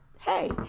hey